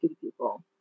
people